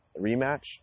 rematch